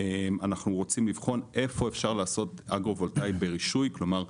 אנחנו רוצים לבחון איפה אפשר לעשות אגרו-וולטאי ברישוי; כלומר,